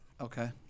Okay